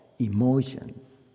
emotions